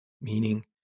Meaning